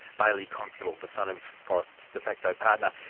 bailey constable, the son of forrest's de facto partner.